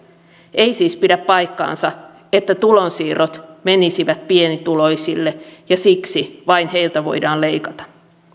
ei siis pidä paikkaansa että tulonsiirrot menisivät pienituloisille ja siksi vain heiltä voidaan leikata